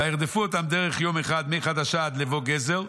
וירדפו אותם דרך יום אחד מחדשה עד לבוא גזר,